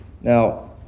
now